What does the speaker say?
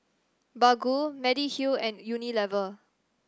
Baggu Mediheal and Unilever